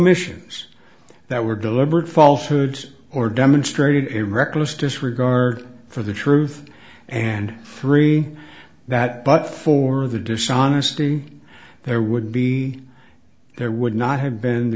omissions that were deliberate falsehood or demonstrated a reckless disregard for the truth and three that but for the dishonesty there would be there would not have been the